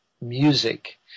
music